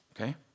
okay